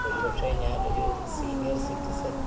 ഒരു പക്ഷെ ഞാനൊരു സീനിയർ സിറ്റിസൺ